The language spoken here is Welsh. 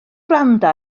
wrando